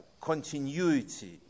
continuity